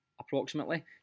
approximately